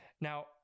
Now